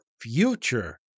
future